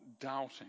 doubting